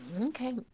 Okay